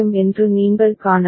எனவே இது ஒரு குழு டி